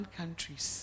countries